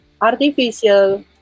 artificial